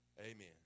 Amen